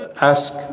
ask